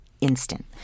instant